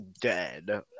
dead